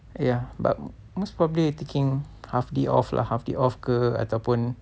ya but most probably I taking half day off lah half day off ke ataupun